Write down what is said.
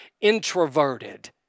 introverted